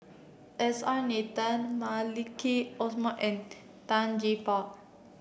S R Nathan Maliki Osman and Tan Gee Paw